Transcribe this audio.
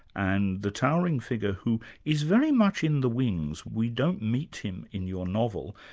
and the towering figure who is very much in the wings. we don't meet him in your novel.